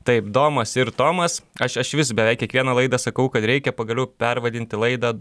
taip domas ir tomas aš aš vis beveik kiekvieną laidą sakau kad reikia pagaliau pervadinti laidą